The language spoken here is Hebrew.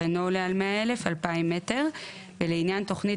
אינו עולה על 100,000 2,000 מ"ר ולעניין תוכנית